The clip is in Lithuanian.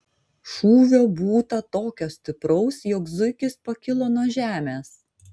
šūvio būta tokio stipraus jog zuikis pakilo nuo žemės